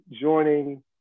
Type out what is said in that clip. joining